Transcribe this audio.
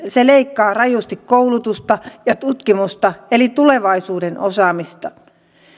se leikkaa rajusti koulutusta ja tutkimusta eli tulevaisuuden osaamista